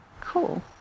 Cool